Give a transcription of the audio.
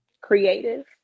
creative